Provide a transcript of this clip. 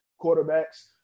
quarterbacks